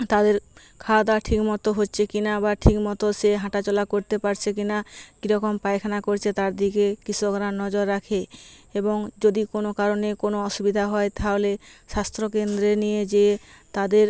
তাদের খাওয়া দাওয়া ঠিক মতো হচ্ছে কি না বা ঠিক মতো সে হাঁটা চলা করতে পারছে কি না কীরকম পায়খানা করছে তার দিকে কৃষকরা নজর রাখে এবং যদি কোনো কারণে কোনো অসুবিধা হয় তাহলে স্বাস্থ্য কেন্দ্রে নিয়ে যেয়ে তাদের